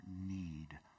need